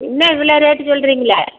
என்ன இவ்வளோ ரேட்டு சொல்லுறிங்களே